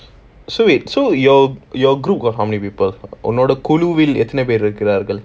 so wait so your your group got how many people ஒன்னோட குழுவில் எத்துணை பேரு இருக்கிறார்கள்:onnoda kuluvil etthuna pearu irukkuraarkal